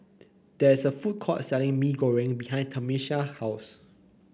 there is a food court selling mee goring behind Tamica's house